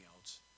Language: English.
else